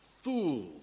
fool